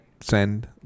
send –